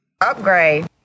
Upgrade